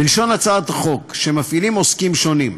בלשון הצעת החוק, שעוסקים שונים מפעילים.